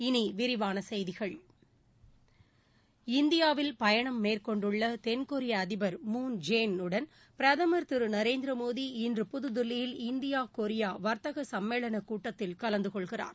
இனி விரிவான செய்திகள் இந்தியாவில் பயணம் மேற்கொண்டுள்ள தென்கொரிய அதிபர் மூன் ஜே இன் உடன் பிரதமர் திரு நரேந்திர மோடி இன்று புதுதில்லியில் இந்தியா கொரியா வர்த்தக சும்மேளன கூட்டத்தில் கலந்து கொள்கிறார்